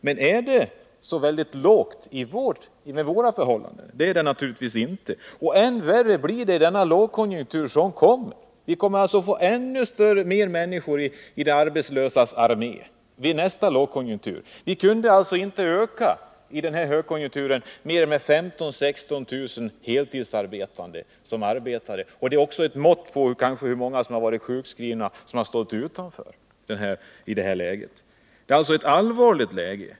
Men är det så lågt enligt våra förhållanden? Naturligtvis inte, och ännu värre blir det i den lågkonjunktur som kommer, då vi får ännu fler människor i de arbetslösas armé. Under denna högkonjunktur har vi kunnat öka endast med mellan 15 000 och 16 000 heltidsarbetande. Det är också många som varit sjukskrivna och som stått utanför i detta läge. Det är alltså ett allvarligt läge.